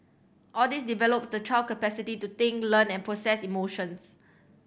all this develops the child capacity to think learn and process emotions